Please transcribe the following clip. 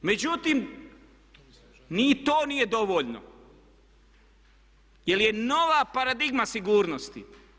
Međutim ni to nije dovoljno jel je nova paradigma sigurnosti.